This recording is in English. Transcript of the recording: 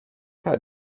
how